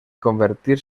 convertir